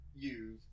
use